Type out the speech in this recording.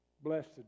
blessed